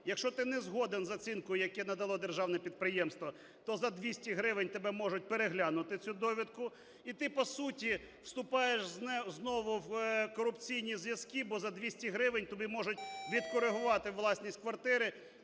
Якщо ти не згоден з оцінкою, яку надало державне підприємство, то за 200 гривень тобі можуть переглянути цю довідку, і ти по суті вступаєш знову в корупційні зв'язки, бо за 200 гривень тобі можуть відкоригувати власність квартири,